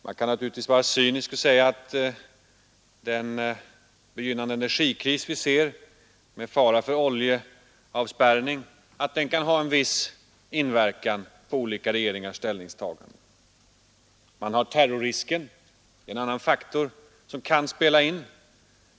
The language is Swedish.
Man kan naturligtvis vara cynisk och säga att den begynnande energikris vi ser, med fara för oljeavspärrning, kan ha en viss inverkan på olika regeringars ställningstagande. En annan faktor som kan spela in är terrorrisken.